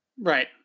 Right